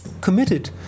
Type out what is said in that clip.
committed